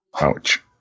ouch